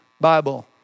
Bible